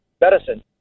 medicine